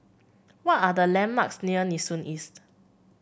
what are the landmarks near Nee Soon East